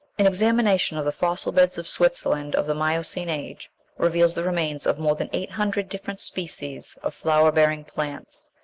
an examination of the fossil beds of switzerland of the miocene age reveals the remains of more than eight hundred different species of flower-bearing plants,